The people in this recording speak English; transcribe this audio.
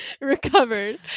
Recovered